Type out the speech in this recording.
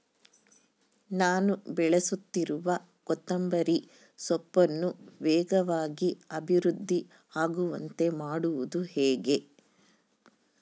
ನಾನು ಬೆಳೆಸುತ್ತಿರುವ ಕೊತ್ತಂಬರಿ ಸೊಪ್ಪನ್ನು ವೇಗವಾಗಿ ಅಭಿವೃದ್ಧಿ ಆಗುವಂತೆ ಮಾಡುವುದು ಹೇಗೆ?